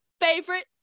favorite